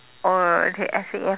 or the S_A_F